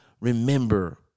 remember